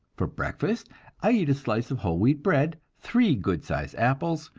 for breakfast i eat a slice of whole wheat bread, three good-sized apples,